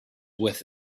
with